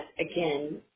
again